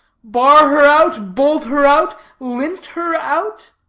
bar her out? bolt her out? lint her out?